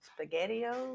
SpaghettiOs